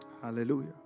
Hallelujah